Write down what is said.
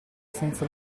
senza